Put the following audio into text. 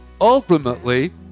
ultimately